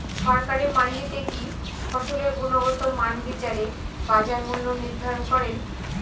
সরকারি মান্ডিতে কি ফসলের গুনগতমান বিচারে বাজার মূল্য নির্ধারণ করেন?